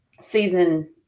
season